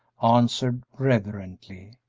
answered, reverently